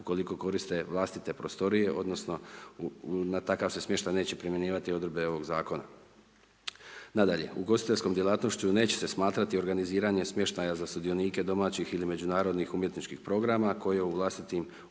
ukoliko koriste vlastite prostorije odnosno na takav se smještaj neće primjenjivati Odredbe ovog Zakona. Nadalje, ugostiteljskom djelatnošću neće se smatrati organiziranje smještaja za sudionike domaćih ili međunarodnih umjetničkih programa, koje u vlastitim objektima